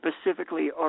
specifically